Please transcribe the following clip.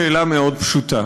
שאלה מאוד פשוטה: